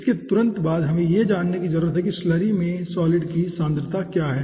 इसके तुरंत बाद हमें यह जानने की जरूरत है कि स्लरी में सॉलिड की सांद्रता क्या है